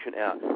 out